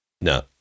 No